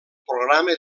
programa